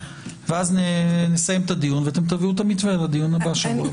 ואז נסיים את הדיון ותביאו את המתווה לדיון הבא בשבוע הבא.